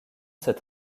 cette